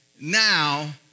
now